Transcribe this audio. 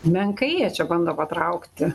menkai jie čia bando patraukti